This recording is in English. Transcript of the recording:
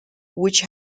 which